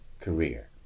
career